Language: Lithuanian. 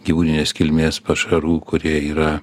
gyvūninės kilmės pašarų kurie yra